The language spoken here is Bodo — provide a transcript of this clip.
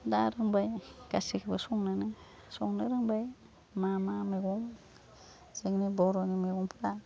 दा रोंबाय गासैखौबो संनोनो संनो रोंबाय मा मा मैगं जोंनि बर'नि मैगंफ्रा